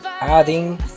adding